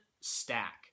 stack